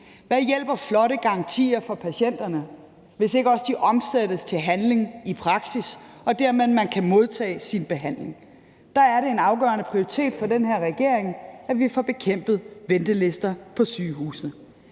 Hvad hjælper flotte garantier for patienterne, hvis ikke de også omsættes til handling i praksis, og at man dermed kan modtage sin behandling? Der er det en afgørende prioritet for den her regering, at vi får bekæmpet ventelister på sygehusene.